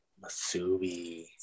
Masubi